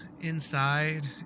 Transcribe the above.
inside